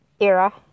era